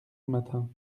matin